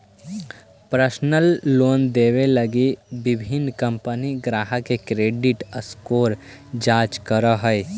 personal loan देवे लगी विभिन्न कंपनि ग्राहक के क्रेडिट स्कोर जांच करऽ हइ